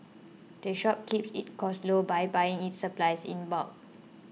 the shop keeps its costs low by buying its supplies in bulk